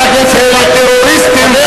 אלה טרוריסטים.